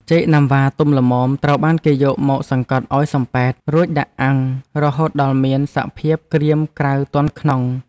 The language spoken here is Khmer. ចេកណាំវ៉ាទុំល្មមត្រូវបានគេយកមកសង្កត់ឱ្យសំប៉ែតរួចដាក់អាំងរហូតដល់មានសភាពក្រៀមក្រៅទន់ក្នុង។